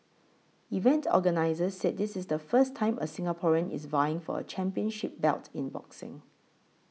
event the organisers said this is the first time a Singaporean is vying for a championship belt in boxing